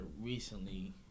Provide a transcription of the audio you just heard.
recently